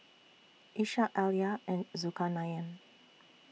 Ishak Alya and Zulkarnain